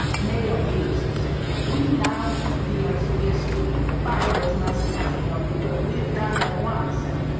male youths, say we now need to be like sobieski and fight those muslims, you know, because we have done that once and